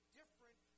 different